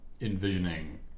envisioning